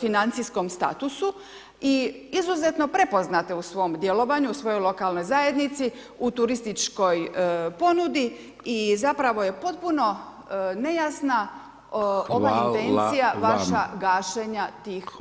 financijskom statusu i izuzetno prepoznate u svom djelovanju u svojoj lokalnoj zajednici, u turističkoj ponudi i zapravo je potpuno nejasna [[Upadica: Hvala vam.]] ova intencija vaša gašenja tih [[Upadica: Hvala vam.]] turističkih zajednica.